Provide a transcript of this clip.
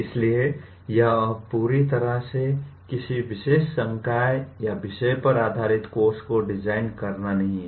इसलिए यह अब पूरी तरह से किसी विशेष संकाय या विषय पर आधारित कोर्स को डिजाइन करना नहीं है